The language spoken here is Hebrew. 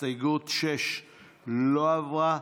הסתייגות 6 לא עברה.